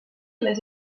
les